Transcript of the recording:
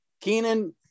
Keenan